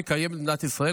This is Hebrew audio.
שקיימת במדינת ישראל,